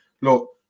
look